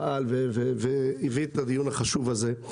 פעל והביא את הדיון החשוב הזה.